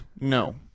No